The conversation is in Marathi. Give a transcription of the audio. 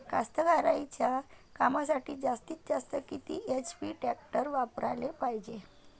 कास्तकारीच्या कामासाठी जास्तीत जास्त किती एच.पी टॅक्टर वापराले पायजे?